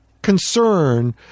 concern